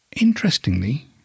Interestingly